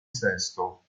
sesto